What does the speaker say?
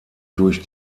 durch